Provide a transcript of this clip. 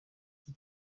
iki